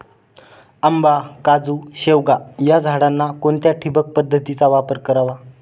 आंबा, काजू, शेवगा या झाडांना कोणत्या ठिबक पद्धतीचा वापर करावा?